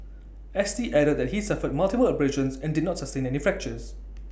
S T added that he suffered multiple abrasions and did not sustain any fractures